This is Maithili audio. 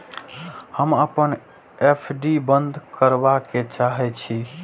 हम अपन एफ.डी बंद करबा के चाहे छी